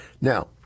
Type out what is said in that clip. Now